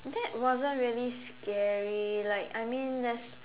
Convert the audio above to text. that wasn't really scary like I mean let's